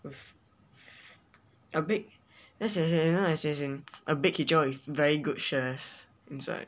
a big you know as in a big kitchen with very good chefs inside